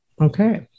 Okay